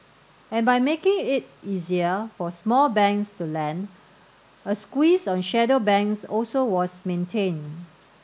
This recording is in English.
and by making it easier for small banks to lend a squeeze on shadow banks also was maintained